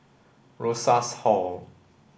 Rosas Hall